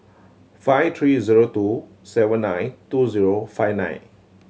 five three zero two seven nine two zero five nine